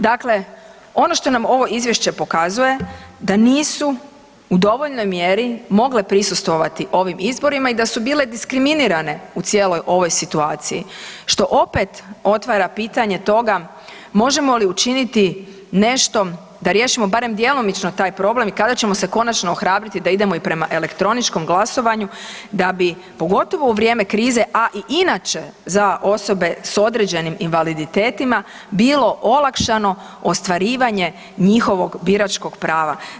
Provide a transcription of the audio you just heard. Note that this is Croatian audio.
Dakle, ono što nam ovo izvješće pokazuje da nisu u dovoljnoj mjeri mogle prisustvovati ovim izborima i da su bile diskriminirane u cijeloj ovoj situaciji što opet otvara pitanje toga možemo li učinit nešto da riješimo barem djelomično taj problem i kada ćemo se konačno ohrabriti i da idemo i prema elektroničkom glasovanju da bi pogotovo u vrijeme krize, a i inače za osobe s određenim invaliditetima bilo olakšano ostvarivanje njihovog biračkog prava.